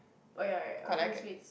oh ya ya ya that was